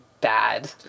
bad